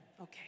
Okay